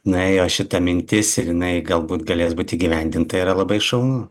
nuėjo šita mintis ir jinai galbūt galės būt įgyvendinta yra labai šaunu